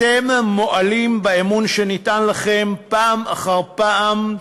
אתם מועלים באמון שניתן בכם פעם אחר פעם.